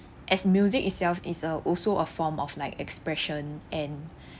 as music itself is a also a form of like expression and